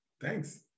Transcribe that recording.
Thanks